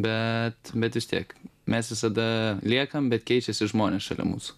bet bet vis tiek mes visada liekam bet keičiasi žmonės šalia mūsų